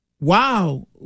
Wow